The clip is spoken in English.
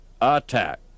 attack